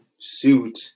suit